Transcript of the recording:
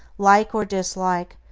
like or dislike,